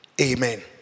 Amen